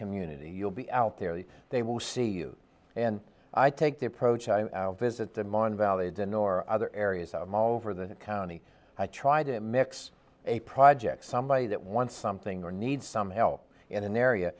community you'll be out there and they will see you and i take the approach i visit the mon valley the nor other areas of all over the county i try to mix a project somebody that wants something or need some help in an area